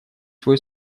свой